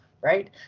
right